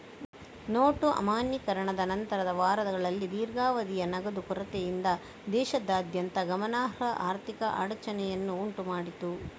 note ಅಮಾನ್ಯೀಕರಣದ ನಂತರದ ವಾರಗಳಲ್ಲಿ ದೀರ್ಘಾವಧಿಯ ನಗದು ಕೊರತೆಯಿಂದ ದೇಶದಾದ್ಯಂತ ಗಮನಾರ್ಹ ಆರ್ಥಿಕ ಅಡಚಣೆಯನ್ನು ಉಂಟು ಮಾಡಿತು